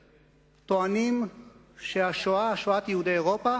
טוענים שהשואה, שואת יהודי אירופה,